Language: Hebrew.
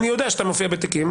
אני יודע שאתה מופיע בתיקים.